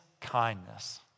kindness